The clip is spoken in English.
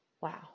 Wow